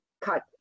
cut